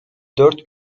dört